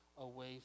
away